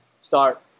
start